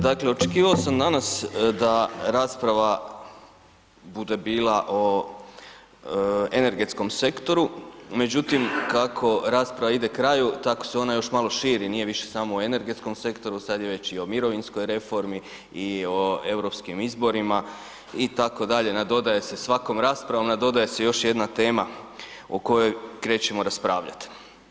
Dakle očekivao sam danas da rasprava bude bila o energetskom sektoru međutim kako rasprava ide kraju, tako se ona još malo širi, nije više samo o energetskom sektoru, sad je već i o mirovinskoj reformi i o europskim izborima itd., nadodaje se svakom raspravom, nadodaje se još jedna tema o kojoj krećemo raspravljati.